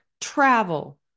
travel